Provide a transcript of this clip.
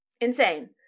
Insane